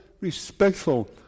respectful